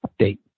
update